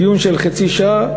דיון של חצי שעה,